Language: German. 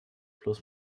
plus